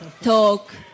talk